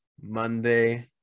monday